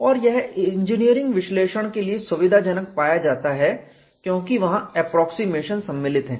और यह इंजीनियरिंग विश्लेषण के लिए सुविधाजनक पाया जाता है क्योंकि वहां एप्रोक्सीमेशन सम्मिलित हैं